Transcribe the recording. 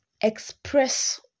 express